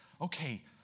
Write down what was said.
okay